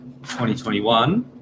2021